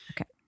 Okay